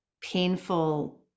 painful